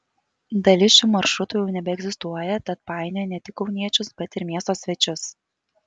dalis šių maršrutų jau nebeegzistuoja tad painioja ne tik kauniečius bet ir miesto svečius